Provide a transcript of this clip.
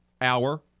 hour